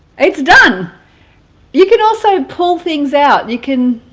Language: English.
it's done you can also pull things out you can